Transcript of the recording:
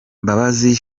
mbabazi